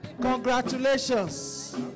Congratulations